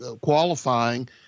qualifying